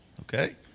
Okay